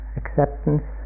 acceptance